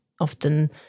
often